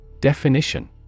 Definition